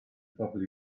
phobl